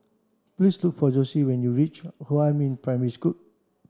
please to for Josie when you reach Huamin Primary School